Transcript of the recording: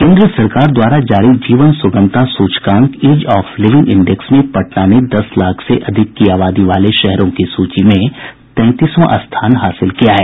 केन्द्र सरकार द्वारा जारी जीवन सुगमता सूचकांक इज ऑफ लिविंग इंडेक्स में पटना ने दस लाख से अधिक की आबादी वाले शहरों की सूची में तैंतीसवां स्थान हासिल किया है